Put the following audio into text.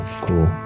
Cool